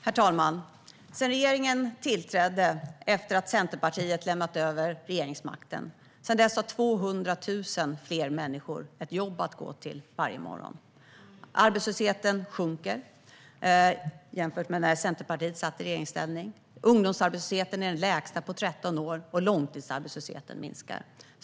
Herr talman! Sedan regeringen tillträdde, efter att Centerpartiet hade lämnat över regeringsmakten, har 200 000 fler människor ett jobb att gå till varje morgon. Arbetslösheten minskar jämfört med när Centerpartiet satt i regeringsställning. Ungdomsarbetslösheten är den lägsta på 13 år. Och långtidsarbetslösheten minskar.